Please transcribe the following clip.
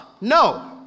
No